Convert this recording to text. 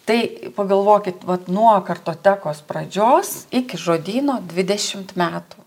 tai pagalvokit vat nuo kartotekos pradžios iki žodyno dvidešimt metų